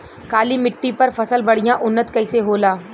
काली मिट्टी पर फसल बढ़िया उन्नत कैसे होला?